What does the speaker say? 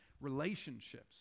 relationships